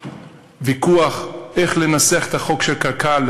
שבוויכוח איך לנסח את החוק של קק"ל,